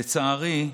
לצערי,